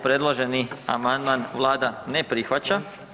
Predloženi amandman vlada ne prihvaća.